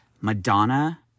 Madonna